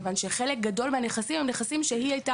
כיוון שחלק גדול מהנכסים הם נכסים שהיא הייתה